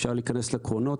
אפשר להיכנס לקרונות,